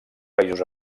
països